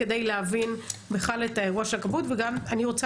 כדי להבין בכלל את האירוע של הכבאות וגם אני רוצה